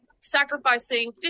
sacrificing